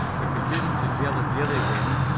if it isn't a jilla-jilly wind,